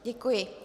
Děkuji.